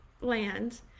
land